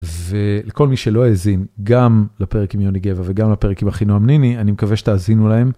וכל מי שלא האזין גם לפרק עם יוני גבע וגם לפרק עם אחינועם ניני, אני מקווה שתאזינו להם.